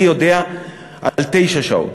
אני יודע על תשע שעות.